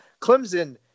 Clemson